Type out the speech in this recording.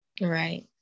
Right